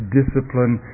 discipline